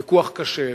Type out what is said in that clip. ויכוח קשה,